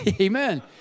Amen